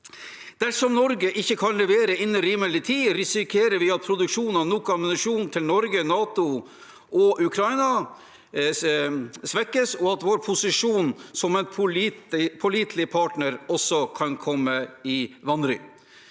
Dersom Norge ikke kan levere innen rimelig tid, risikerer vi at produksjonen av nok ammunisjon til Norge, NATO og Ukraina svekkes, og at vår posisjon som en pålitelig partner også kan komme i vanry.